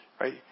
right